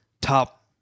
top